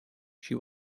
she